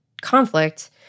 conflict